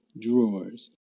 drawers